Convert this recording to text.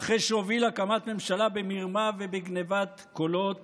אחרי שהוביל להקמת ממשלה במרמה ובגנבת קולות